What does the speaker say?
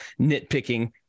nitpicking